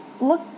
look